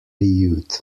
youth